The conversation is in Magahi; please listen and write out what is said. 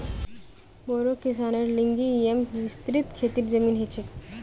बोड़ो किसानेर लिगि येमं विस्तृत खेतीर जमीन ह छे